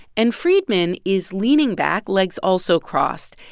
and friedman is leaning back, legs also crossed.